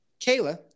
Kayla